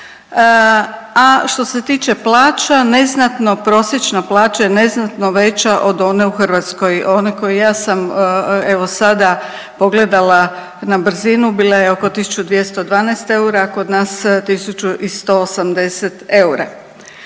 a što se tiče plaća neznatno prosječna plaća je neznatno veća od one u Hrvatskoj, one koju ja sam evo sada pogledala na brzinu bila je oko 1.212 eura, a kod nas 1.180 eura.